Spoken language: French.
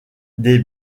des